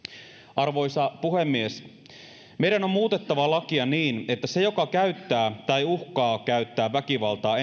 arvoisa puhemies meidän on on muutettava lakia niin että se joka käyttää tai uhkaa käyttää väkivaltaa